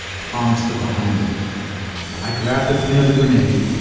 tom stood behind me i grabbed the pin of the grenade,